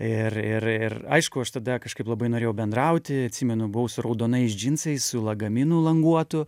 ir ir ir aišku aš tada kažkaip labai norėjau bendrauti atsimenu buvau su raudonais džinsais su lagaminu languotu